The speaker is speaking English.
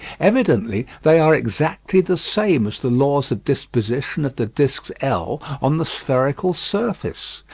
evidently they are exactly the same as the laws of disposition of the discs l on the spherical surface.